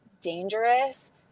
dangerous